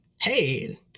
Hey